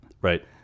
right